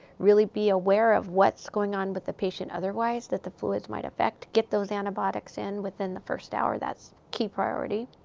really be aware of what's going on with the patient otherwise, that the fluids might affect. get those antibiotics in within the first hour, that's key priority.